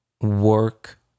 work